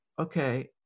okay